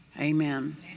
Amen